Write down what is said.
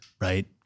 right